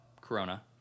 corona